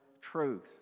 truth